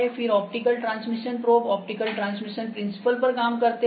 फिर optical transmission probe optical transmission principle पर काम करते है